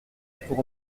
pour